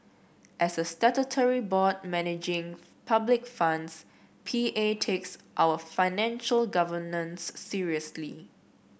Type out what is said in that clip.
as a statutory board managing public funds P A takes our financial governance seriously